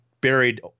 buried